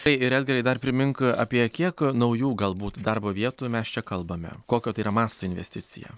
tai ir edgarai dar primink apie kiek naujų galbūt darbo vietų mes čia kalbame kokio tai yra masto investicija